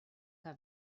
que